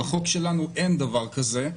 בחוק שלנו אין דבר כזה,